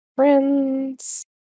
Friends